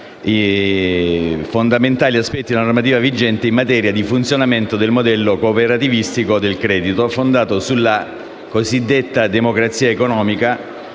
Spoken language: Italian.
fondamentali aspetti della normativa vigente in materia di funzionamento del modello cooperativistico del credito fondato sulla cosiddetta democrazia economica,